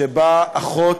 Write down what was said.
שבו אחות,